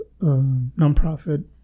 nonprofit